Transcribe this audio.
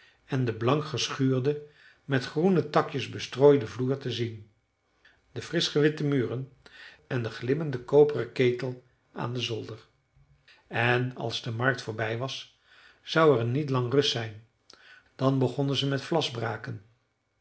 en den blank geschuurden met groene takjes bestrooiden vloer te zien de frisch gewitte muren en den glimmenden koperen ketel aan den zolder en als de markt voorbij was zou er niet lang rust zijn dan begonnen ze met vlasbraken